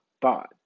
thought